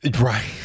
right